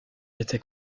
été